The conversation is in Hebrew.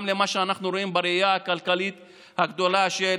גם למה שאנחנו רואים בראייה הכלכלית הגדולה של